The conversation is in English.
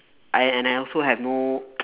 and I also have no